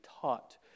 taught